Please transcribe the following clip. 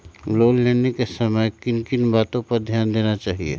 Loan लेने के समय किन किन वातो पर ध्यान देना चाहिए?